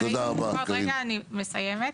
קודם כול אני רוצה